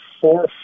four